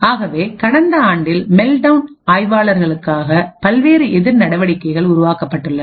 ஆகவே கடந்த ஆண்டில் மெல்ட்டவுன் ஆய்வாளர்களுக்காக பல்வேறு எதிர் நடவடிக்கைகள் உருவாக்கப்பட்டுள்ளன